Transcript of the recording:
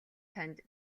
танд